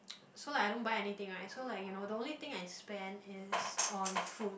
so like I don't buy anything right so like you know the only thing I spend is on food